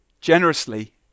generously